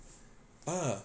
ah